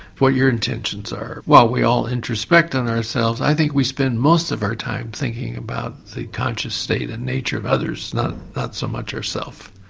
what your intentions are. while we all introspect on ourselves i think we spend most of our time thinking about the conscious state and nature of others and not so much ourself.